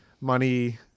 money